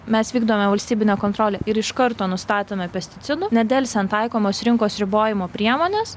mes vykdome valstybinę kontrolę ir iš karto nustatome pesticidų nedelsiant taikomos rinkos ribojimo priemonės